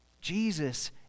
Jesus